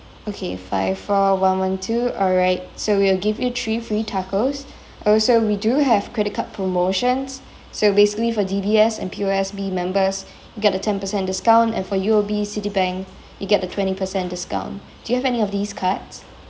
okay five four one one two alright so we'll give you three free tacos also we do have credit card promotions so basically for D_B_S and P_O_S_B members get a ten percent discount and for U_O_B citibank you get the twenty percent discount do you have any of these cards